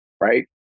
Right